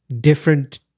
Different